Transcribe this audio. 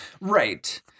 Right